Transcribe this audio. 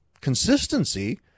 consistency